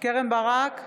קרן ברק,